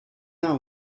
know